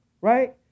right